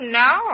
no